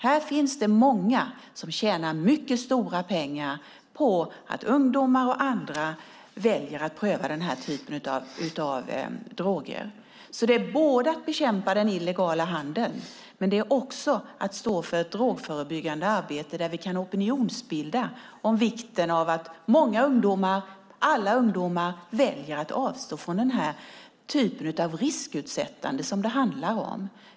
Här finns det många som tjänar mycket stora pengar på att ungdomar och andra väljer att pröva den här typen av droger. Det handlar om att bekämpa den illegala handeln och också om att stå för ett drogförebyggande arbete där vi kan opinionsbilda om vikten av att många ungdomar, alla ungdomar, väljer att avstå från den här typen av riskutsättande.